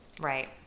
Right